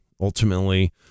ultimately